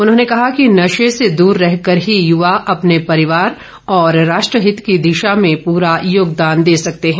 उन्होंने कहा कि नशे से दूर रहकर ही युवा अपने परिवार और राष्ट्रहित की दिशा में पूरा योगदान दे सकते हैं